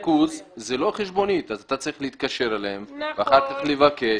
אתה צריך להתקשר אליהם, אחר כך לבקש.